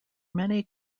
many